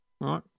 right